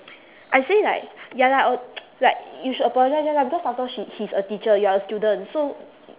I say like ya lah oh like you should apologise ya lah cause after all she he is a teacher you are a student so